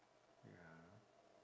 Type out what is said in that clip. ya